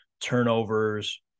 turnovers